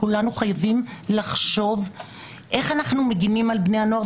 כולנו חייבים לחשוב איך אנחנו מגינים על בני הנוער.